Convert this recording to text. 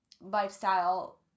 lifestyle